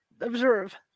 observe